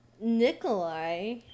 Nikolai